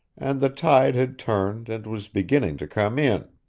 and the tide had turned and was beginning to come in.